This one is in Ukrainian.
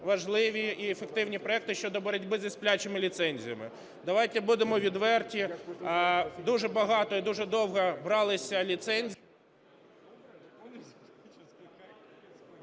важливі і ефективні проекти щодо боротьби зі "сплячими" ліцензіями. Давайте будемо відверті, дуже багато і дуже довго бралися ліцензії...